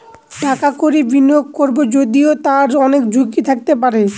টাকা কড়ি বিনিয়োগ করবো যদিও তার অনেক ঝুঁকি থাকতে পারে